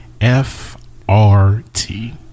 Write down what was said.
FRT